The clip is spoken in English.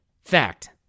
fact